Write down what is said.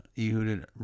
Ehud